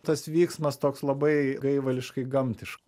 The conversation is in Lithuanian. tas vyksmas toks labai gaivališkai gamtiškas